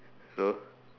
so